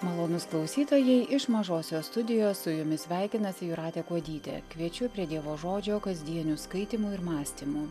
malonūs klausytojai iš mažosios studijos su jumis sveikinasi jūratė kuodytė kviečiu prie dievo žodžio kasdienių skaitymų ir mąstymų